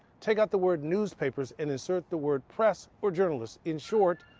take out the word newspapers and insert the word press or journalists, in short,